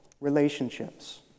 relationships